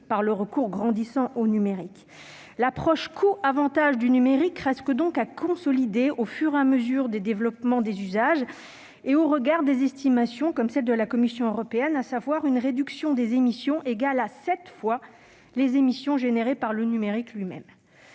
par le recours grandissant au numérique. L'approche coûts-avantages du numérique reste donc à consolider au fur et à mesure des développements des usages et au regard des estimations disponibles, celle de la Commission européenne notamment, qui font état d'une réduction des émissions égale à sept fois les émissions générées par le numérique lui-même.